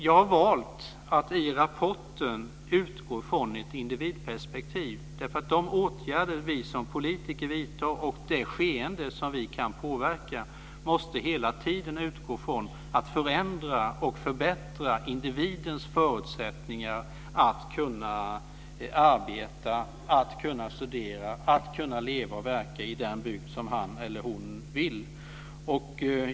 Jag har valt att i rapporten utgå från ett individperspektiv, därför att de åtgärder vi som politiker vidtar och de skeenden som vi kan påverka hela tiden måste utgå från att förändra och förbättra individens förutsättningar att arbeta, att studera, att leva och verka i den bygd som han eller hon vill.